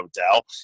Hotel